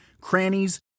crannies